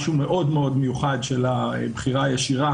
משהו מאוד-מאוד מיוחד של הבחירה הישירה